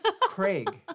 Craig